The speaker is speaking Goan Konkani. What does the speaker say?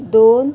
दोन